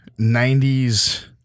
90s